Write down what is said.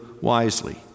wisely